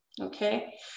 Okay